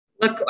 Look